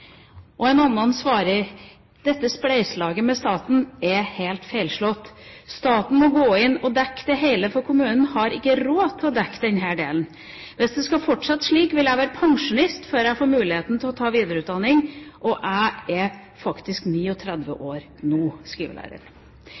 En annen lærer skriver: «Dette spleiselaget er feilslått. Staten må gå inn å dekke det hele for kommunen har ikke råd til å dekke sin del. Hvis det skal fortsette slik vil jeg være pensjonist før jeg vil få mulighet til å få videreutdanning. Jeg er 39 år nå.»